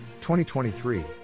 2023